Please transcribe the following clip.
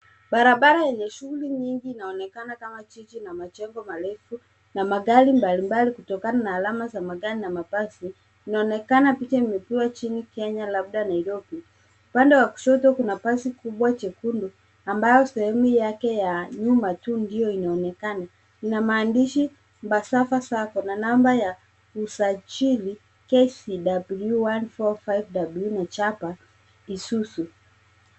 Barabara yenye shughuli nyingi inaonekana kama jiji na majengo marefu na magari mbalimbali kutokana na alama za magari na mabasi, inaonekana picha imepigwa chini Kenya labda Nairobi. Upande wa kushoto kuna basi kubwa chekundu ambayo sehemu yake ya nyuma tu ndio inaonekana. Ina maandishi embassava sacco na namba ya usajili KCW145 W na chapa, isuzu.